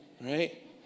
right